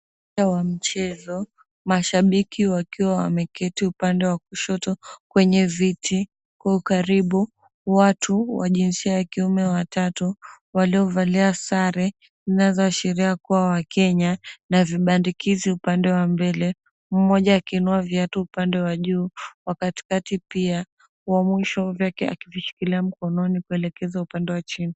Uwanja wa mchezo, mashabiki wakiwa wameketi upande wa kushoto kwenye viti huku karibu, watu wa jinsia ya kiume watatu, waliovalia sare zinazoashiria kuwa wakenya na vibandikizi upande wa mbele, mmoja akiinua viatu upande wa juu, wa katikati pia, wa mwisho pekee akishikilia mkononi kuelekeza upande wa chini.